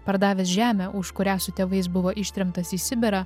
pardavęs žemę už kurią su tėvais buvo ištremtas į sibirą